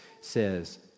says